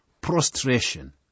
prostration